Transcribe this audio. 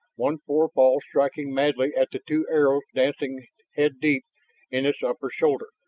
one forepaw striking madly at the two arrows dancing head-deep in its upper shoulder.